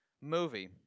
movie